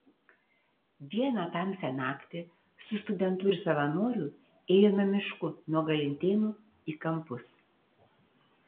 vieną tamsią naktį su studentu ir savanoriu ėjome mišku nuo galintėnų į kampus